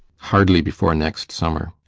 hardly before next summer.